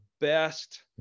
best